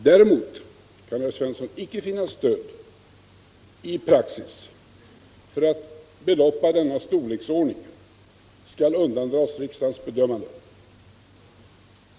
Däremot kan herr Svensson icke finna stöd i praxis för att belopp av denna storleksordning undandras riksdagens bedömande.